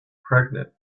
pregnant